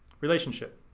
relationship,